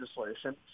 legislation